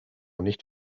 nicht